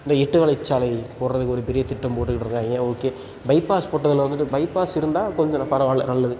இந்த எட்டு வழிச்சாலை போடுறதுக்கு ஒரு பெரிய திட்டம் போட்டுக்கிட்ருக்காங்க ஓகே பைபாஸ் போட்டதில் வந்துட்டு பைபாஸ் இருந்தால் கொஞ்சம் நான் பரவாயில்ல நல்லது